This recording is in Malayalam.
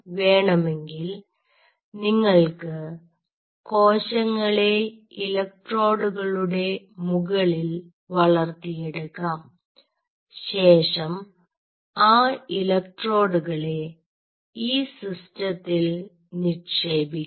വേണമെങ്കിൽ നിങ്ങൾക്ക് കോശങ്ങളെ ഇലക്ട്രോഡ്കളുടെ മുകളിൽ വളർത്തിയെടുക്കാം ശേഷം ആ ഇലക്ട്രോഡ്കളെ ഈ സിസ്റ്റത്തിൽ നിക്ഷേപിക്കാം